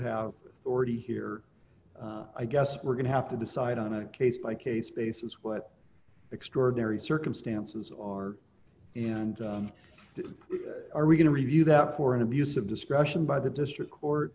have already here i guess we're going to have to decide on a case by case basis what extraordinary circumstances are and are we going to review that for an abuse of discretion by the district court